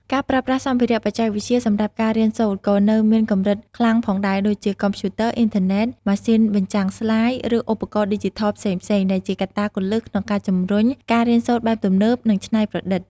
ការប្រើប្រាស់សម្ភារៈបច្ចេកវិទ្យាសម្រាប់ការរៀនសូត្រ ក៏នៅមានកម្រិតខ្លាំងផងដែរ ដូចជា កុំព្យូទ័រ អុីនធឺណេត ម៉ាស៊ីនបញ្ចាំងស្លាយ ឬឧបករណ៍ឌីជីថលផ្សេងៗ ដែលជាកត្តាគន្លឹះក្នុងការជំរុញការរៀនសូត្របែបទំនើប និងច្នៃប្រឌិត។